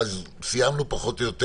ואז סיימנו פחות או יותר